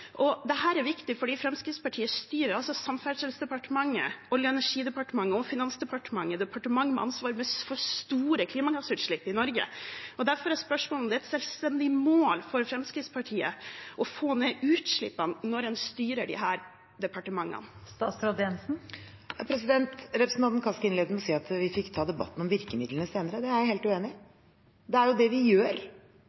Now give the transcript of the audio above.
er viktig fordi Fremskrittspartiet styrer Samferdselsdepartementet, Olje- og energidepartementet og Finansdepartementet – departementer med ansvar for store klimagassutslipp i Norge. Derfor er spørsmålet om det er et selvstendig mål for Fremskrittspartiet å få ned utslippene når en styrer disse departementene. Representanten Kaski innledet med å si at vi fikk ta debatten om virkemidlene senere. Det er jeg helt uenig i.